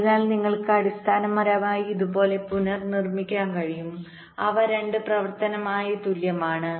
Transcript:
അതിനാൽ നിങ്ങൾക്ക് ഇത് അടിസ്ഥാനപരമായി ഇതുപോലെ പുനർ ക്രമീകരിക്കാൻ കഴിയും ഇവ 2 പ്രവർത്തനപരമായി തുല്യമാണ്